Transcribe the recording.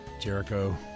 Jericho